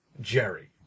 Jerry